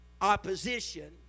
Opposition